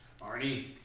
Arnie